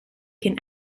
can